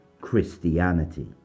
Christianity